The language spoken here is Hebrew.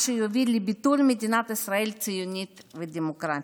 מה שיוביל לביטול מדינת ישראל ציונית ודמוקרטית.